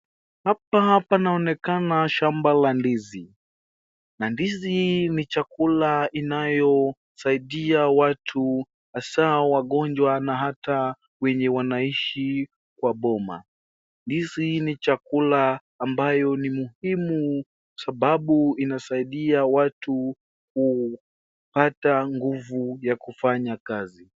Hapa panaonekana shamba la ndizi. Na ndizi ni chakula inayosaidia watu hasa wagonjwa na hata wenye wanaishi kwa boma. Ndizi ni chakula ambayo ni muhimu sababu inasaidia watu kupata nguvu ya kufanya kazi.